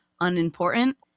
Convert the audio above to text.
unimportant